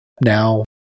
now